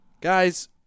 Guys